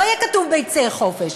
לא יהיה כתוב "ביצי חופש",